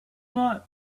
not